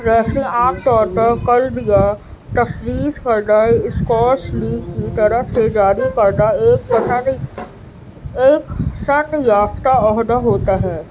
referee عام طور پر کلب یا تفویض کردہ اسکواش لیگ کی طرف سے جاری کردہ ایک پسند ایک سند یافتہ عہدہ ہوتا ہے